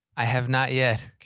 i have not yet.